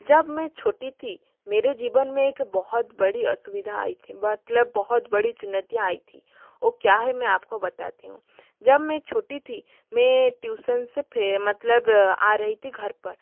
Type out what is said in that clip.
जब मैं छोटी थी मेरे जीवन में एक बहुत बड़ी असुविधा आई थी मतलब बहुत बड़ी चुनौती आई थी वो क्या है मैं आप को बताती हूँ जब मैं छोटी थी मैं ट्युशन से फे मतलब आ रही थी घर पर